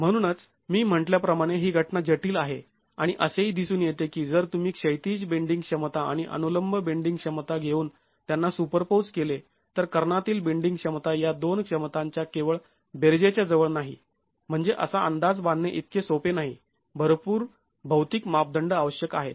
म्हणूनच मी म्हंटल्या प्रमाणे ही घटना जटील आहे आणि असेही दिसून येते की जर तुम्ही क्षैतिज बेंडींग क्षमता आणि अनुलंब बेंडींग क्षमता घेऊन त्यांना सुपरपोज केले तर कर्णातील बेंडींग क्षमता या दोन क्षमतांच्या केवळ बेरजेच्या जवळ नाही म्हणजे असा अंदाज बांधणे इतके सोपे नाही भरपूर भौतिक मापदंड आवश्यक आहेत